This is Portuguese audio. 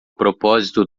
propósito